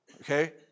okay